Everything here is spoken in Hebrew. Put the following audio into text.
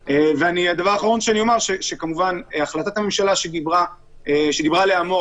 הדבר האחרון שאני אומר הוא שהחלטת הממשלה שדיברה עליה מור,